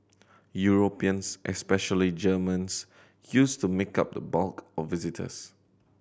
Europeans especially Germans used to make up the bulk of visitors